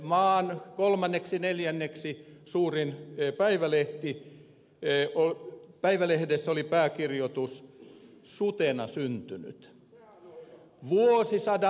maan kolmanneksi tai neljänneksi suurimmassa päivälehdessä oli pääkirjoitus jätevesiasetus syntyi sutena